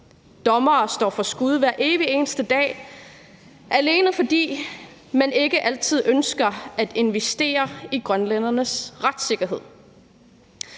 Dommere står for skud hver evig eneste dag, alene fordi man ikke altid ønsker at investere i grønlændernes retssikkerhed.